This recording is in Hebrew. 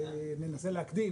ננסה להקדים,